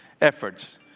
efforts